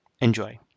Enjoy